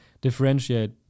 differentiate